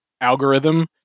algorithm